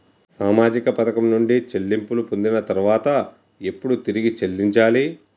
సామాజిక పథకం నుండి చెల్లింపులు పొందిన తర్వాత ఎప్పుడు తిరిగి చెల్లించాలి?